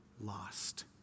lost